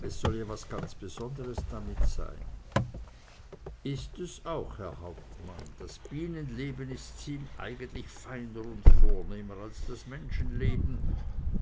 es soll ja was ganz besondres damit sein ist es auch herr hauptmann das bienenleben ist eigentlich feiner und vornehmer als das menschenleben